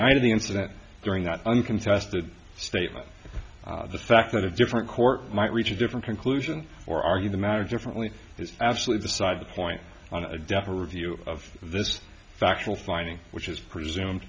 night of the incident during that uncontested statement the fact that a different court might reach a different conclusion or argue the matter differently is absolute beside the point on death review of this factual finding which is presumed